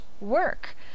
work